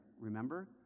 Remember